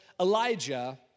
Elijah